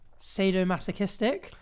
sadomasochistic